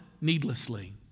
needlessly